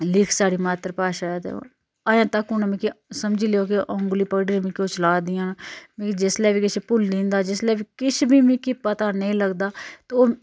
लिख साढ़ी मात्तर भाशा ऐ ते अजें तक उनें मिकी समझी लेओ जे ओह् मिकी चला दियां न मिकी जिसलै बी किश भुल्लीं दा जिसलै बी किश किश बी मिकी पता नेईं लगदा ते ओह्